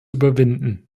überwinden